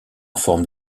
forme